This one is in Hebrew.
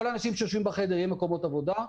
האנשים שיושבים בחדר יהיו מקומות עבודה,